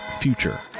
future